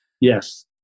Yes